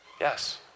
Yes